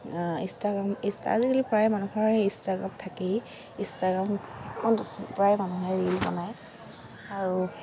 Instagram Insta আজিকালি প্ৰায় মানুহৰ ইনষ্টাগ্ৰাম থাকেই ইনষ্টাগ্ৰামখন প্ৰায় মানুহে ৰীল বনায় আৰু